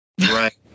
Right